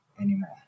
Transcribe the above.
anymore